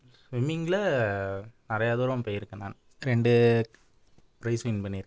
ஸ்விம்மிங்கில் நிறைய தூரம் போயிருக்கேன் நான் ரெண்டு ப்ரைஸ் வின் பண்ணியிருக்கேன்